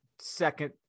second